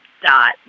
Dot